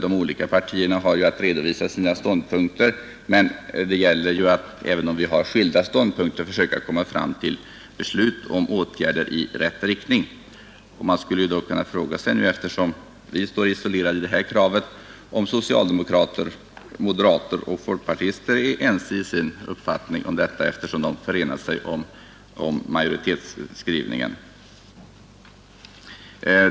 De olika partierna har att redovisa sina ståndpunkter, men det gäller ju att — även om vi har skilda ståndpunkter — försöka få fram beslut om åtgärder i rätt riktning. Vi står nu isolerade i detta krav. Man skulle kunna fråga sig, om socialdemokrater, moderater och folkpartister är ense i sin uppfattning om detta, eftersom de förenat sig om majoritetsskrivningen.